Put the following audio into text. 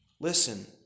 listen